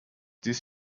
this